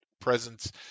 presence